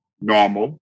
normal